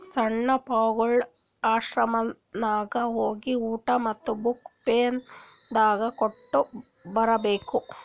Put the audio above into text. ಸಣ್ಣು ಪಾರ್ಗೊಳ್ ಆಶ್ರಮನಾಗ್ ಹೋಗಿ ಊಟಾ ಮತ್ತ ಬುಕ್, ಪೆನ್ ದಾನಾ ಕೊಟ್ಟ್ ಬರ್ಬೇಕ್